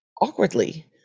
awkwardly